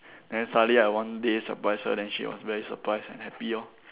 then suddenly I one day surprised her then she was very surprised and happy lor